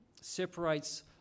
separates